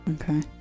Okay